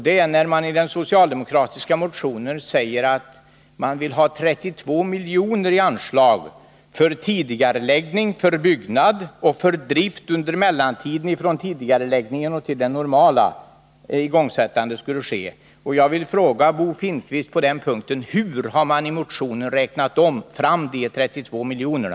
Det är när man säger att man vill ha 32 miljoner i anslag för tidigareläggning av byggande och för drift under mellantiden — från tidigareläggningen och till dess att det normala igångsättandet skulle ske. Jag vill fråga Bo Finnkvist: Hur har man i motionen räknat fram de 32 miljonerna?